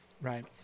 right